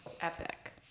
epic